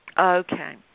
Okay